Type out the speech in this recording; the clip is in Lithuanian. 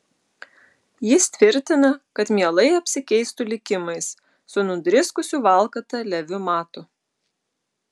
jis tvirtina kad mielai apsikeistų likimais su nudriskusiu valkata leviu matu